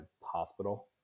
hospital